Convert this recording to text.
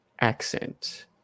accent